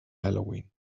halloween